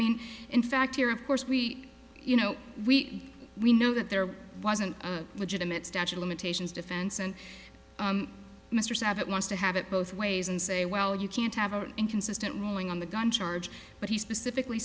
mean in fact here of course we you know we we know that there wasn't a legitimate statute limitations defense and mr savage wants to have it both ways and say well you can't have an inconsistent ruling on the gun charge but he specifically